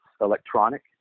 electronic